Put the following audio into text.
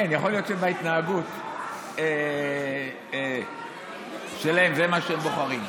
כן, יכול להיות שבהתנהגות שלהם זה מה שהם בוחרים.